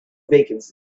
vacancy